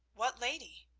what lady?